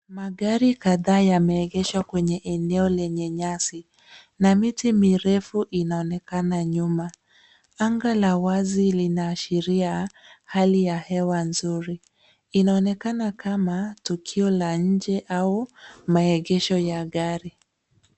Magari kadhaa yameegeshwa kwenye eneo lenye nyasi na miti mirefu inaonekana nyuma. Anga la wazi linaashiria hali ya hewa nzuri. Inaonekana kama tukio la nje au maegesho ya gari.